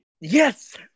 Yes